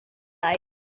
like